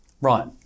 Right